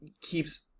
keeps